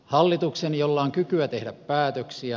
hallituksen jolla on kykyä tehdä päätöksiä